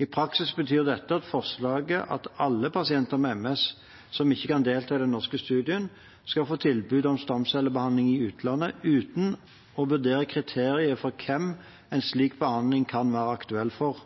I praksis betyr dette forslaget at alle pasienter med MS som ikke kan delta i den norske studien, skal få tilbud om stamcellebehandling i utlandet uten å vurdere kriteriet for hvem en slik behandling kan være aktuell for.